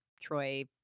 Troy